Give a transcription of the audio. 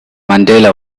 mandela